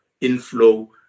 inflow